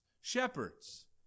shepherds